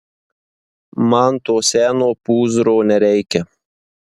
man to seno pūzro nereikia